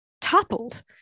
toppled